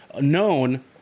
known